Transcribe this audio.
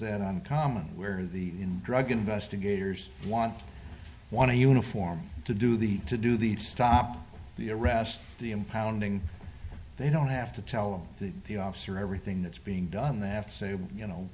that common where the drug investigators want want to uniform to do the to do the stop the arrest the impounding they don't have to tell the officer everything that's being done that say you know